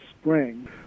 spring